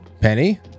Penny